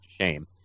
shame